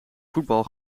voetbal